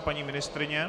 Paní ministryně?